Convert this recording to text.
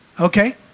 Okay